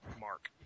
Mark